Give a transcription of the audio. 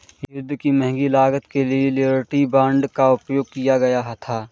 युद्ध की महंगी लागत के लिए लिबर्टी बांड का उपयोग किया गया था